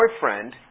boyfriend